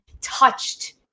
touched